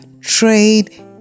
trade